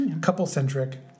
couple-centric